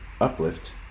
Uplift